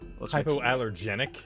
hypoallergenic